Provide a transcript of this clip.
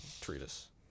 treatise